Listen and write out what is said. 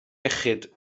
iechyd